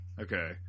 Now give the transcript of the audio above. Okay